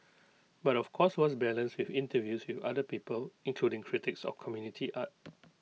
but of course was balanced with interviews with other people including critics of community art